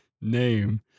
name